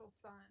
sun